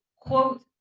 quote